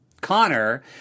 Connor